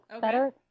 better